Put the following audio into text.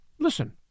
Listen